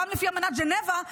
גם לפי אמנת ז'נבה,